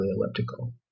elliptical